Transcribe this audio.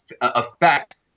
affect